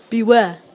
Beware